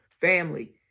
family